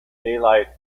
daylight